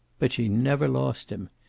but she never lost him.